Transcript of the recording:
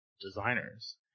designers